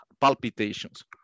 palpitations